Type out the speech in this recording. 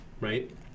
right